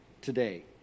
today